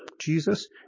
Jesus